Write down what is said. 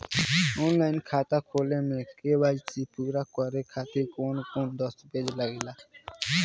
Online खाता खोले में के.वाइ.सी पूरा करे खातिर कवन कवन दस्तावेज लागे ला?